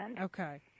Okay